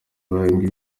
bahembwe